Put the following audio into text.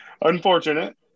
unfortunate